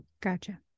Gotcha